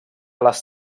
les